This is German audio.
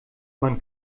man